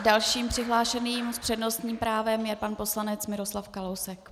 Dalším přihlášeným s přednostním právem je pan poslanec Miroslav Kalousek.